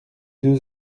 deux